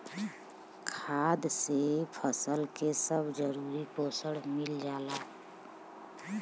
खाद से फसल के सब जरूरी पोषक चीज मिल जाला